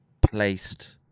placed